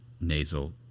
nasal